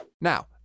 Now